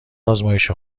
آزمایش